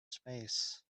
space